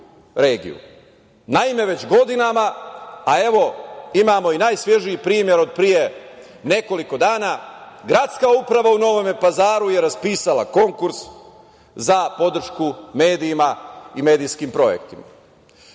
već godinama, a evo, imamo i najsvežiji primer od pre nekoliko dana, gradska uprava u Novom Pazaru je raspisala konkurs za podršku medijima i medijskim projektima.